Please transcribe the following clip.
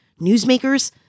newsmakers